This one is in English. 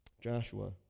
Joshua